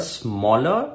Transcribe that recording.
smaller